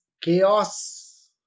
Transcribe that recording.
chaos